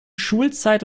schulzeit